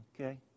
okay